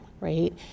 right